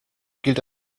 gilt